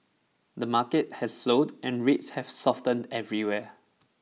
the market has slowed and rates have softened everywhere